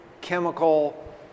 chemical